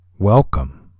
Welcome